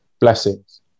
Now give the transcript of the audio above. blessings